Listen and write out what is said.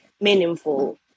meaningful